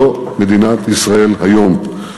זו מדינת ישראל היום.